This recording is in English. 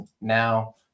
now